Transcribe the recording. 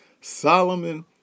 Solomon